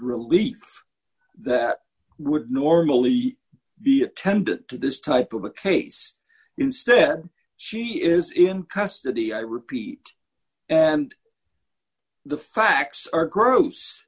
relief that would normally be attended to this type of a case instead she is in custody i repeat and the facts are gross